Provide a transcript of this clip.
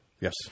Yes